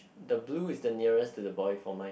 the blue is the nearest to the boy for mine